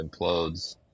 implodes